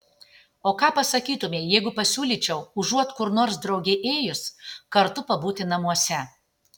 o ką pasakytumei jeigu pasiūlyčiau užuot kur nors drauge ėjus kartu pabūti namuose